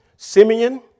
Simeon